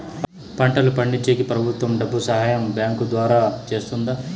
పంటలు పండించేకి ప్రభుత్వం డబ్బు సహాయం బ్యాంకు ద్వారా చేస్తుందా?